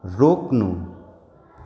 रोक्नु